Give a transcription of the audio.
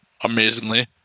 amazingly